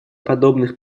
подобных